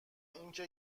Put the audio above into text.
اینکه